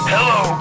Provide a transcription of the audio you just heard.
Hello